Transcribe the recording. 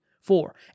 four